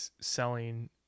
selling